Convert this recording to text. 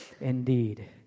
indeed